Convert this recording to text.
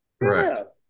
Correct